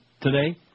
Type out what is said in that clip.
Today